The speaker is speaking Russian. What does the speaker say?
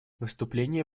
выступление